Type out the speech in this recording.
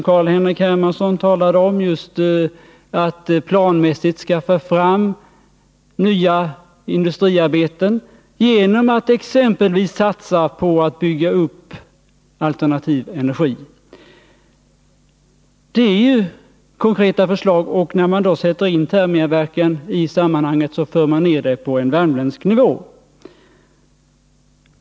Carl-Henrik Hermansson talade just om att man måste planmässigt skaffa fram nya industriarbeten, exempelvis genom att satsa på att bygga upp alternativ energi. Det är ju ett konkret förslag, och när man sätter in Thermia-Verken i sammanhanget för man ju ner förslaget på värmländsk nivå.